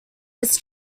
its